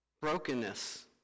brokenness